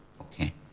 Okay